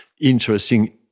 interesting